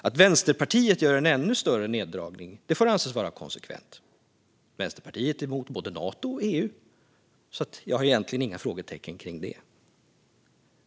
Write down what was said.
Att Vänsterpartiet gör en ännu större neddragning får anses vara konsekvent. Vänsterpartiet är emot både Nato och EU, och jag har egentligen inga frågetecken kring det.